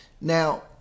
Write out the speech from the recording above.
Now